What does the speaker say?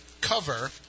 cover